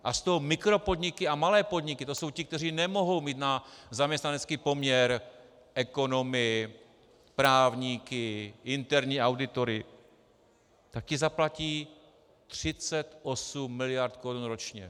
A z toho mikropodniky a malé podniky, to jsou ti, kteří nemohou mít na zaměstnanecký poměr ekonomy, právníky, interní auditory, tak ti zaplatí 38 mld. korun ročně.